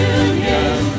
union